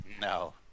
no